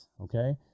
okay